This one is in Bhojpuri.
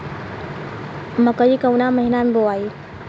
मकई कवना महीना मे बोआइ?